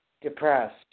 depressed